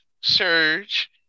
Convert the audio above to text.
surge